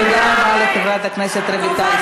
תודה רבה לחברת הכנסת רויטל סויד.